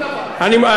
67'. ברור.